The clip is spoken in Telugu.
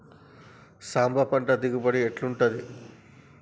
సాంబ పంట దిగుబడి ఎట్లుంటది?